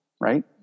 right